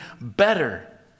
better